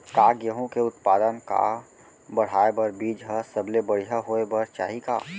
का गेहूँ के उत्पादन का बढ़ाये बर बीज ह सबले बढ़िया होय बर चाही का?